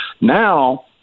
Now